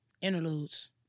Interludes